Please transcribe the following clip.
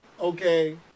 okay